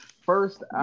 First